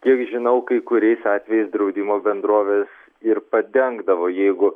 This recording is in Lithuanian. kiek žinau kai kuriais atvejais draudimo bendrovės ir padengdavo jeigu